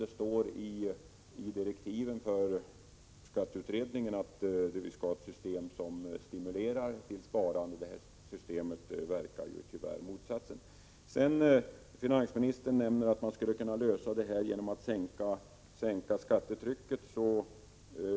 Det står i direktiven för skatteutredningen att vi skall ha ett system, som stimulerar till sparande. Men det nuvarande systemet verkar tyvärr i motsatt rikting. Finansministern nämnde att man skulle kunna lösa problemen genom att sänka skattetrycket.